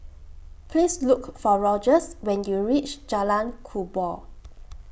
Please Look For Rogers when YOU REACH Jalan Kubor